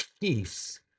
peace